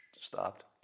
stopped